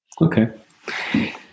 Okay